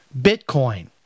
Bitcoin